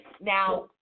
now